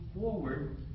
forward